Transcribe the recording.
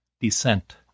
Descent